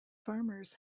farmers